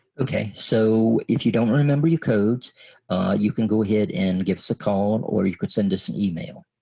okay so if you don't remember your codes you can go ahead and give us a call and or you could send us an email.